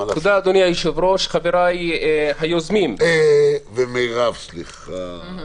ומרב, סליחה.